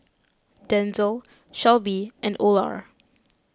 Denzel Shelbie and Olar